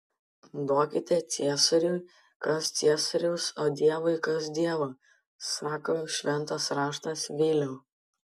duokite ciesoriui kas ciesoriaus o dievui kas dievo sako šventas raštas viliau